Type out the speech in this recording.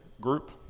group